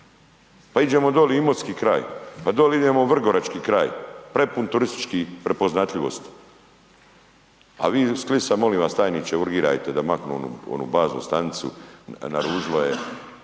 pa iđemo doli Imotski kraj, pa doli idemo u Vrgorački kraj prepun turističkih prepoznatljivosti, a vi iz Klisa molim vas tajniče urgirajte da maknu onu baznu stanicu naružila